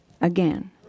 again